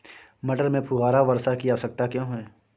मटर में फुहारा वर्षा की आवश्यकता क्यो है?